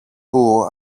που